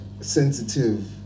sensitive